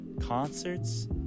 concerts